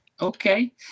okay